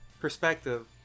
perspective